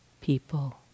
people